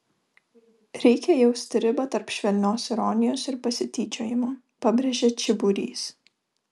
reikia jausti ribą tarp švelnios ironijos ir pasityčiojimo pabrėžia čiburys